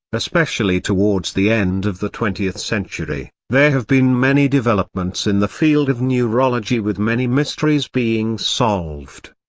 especially towards the end of the twentieth century, there have been many developments in the field of neurology with many mysteries being solved.